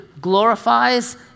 glorifies